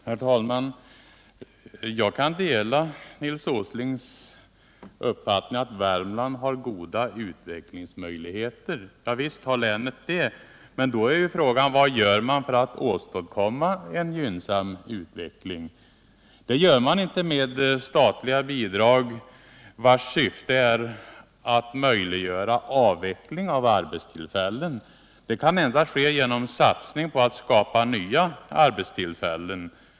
Herr talman! Jag kan dela Nils Åslings uppfattning att Värmland har goda utvecklingsmöjligheter. Visst har länet det! Men då är frågan: Vad gör man för att åstadkomma en gynnsam utveckling? Enligt min mening får man inte en gynnsam utveckling med statliga bidrag, om syftet är att möjliggöra avveckling av arbetstillfällen. Det kan endast ske genom satsning på att skapa nya arbetstillfällen.